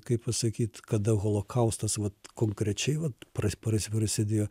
kaip pasakyt kada holokaustas vat konkrečiai vat pras pras prasidėjo